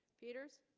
peters